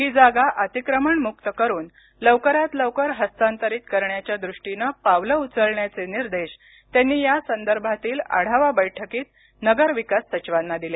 ही जागा अतिक्रमणमुक्त करून लवकरात लवकर हस्तांतरित करण्याच्या दृष्टीनं पावलं उचलण्याचे निर्देश त्यांनी या संदर्भातील आढावा बैठकीत नगरविकास सचिवांना दिले